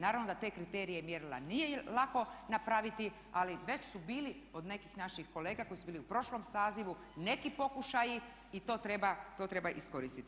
Naravno da te kriterije mjerila nije lako napraviti, ali već su bili od nekih naših kolega koji su bili u prošlom sazivu neki pokušaji i to treba iskoristiti.